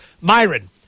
Myron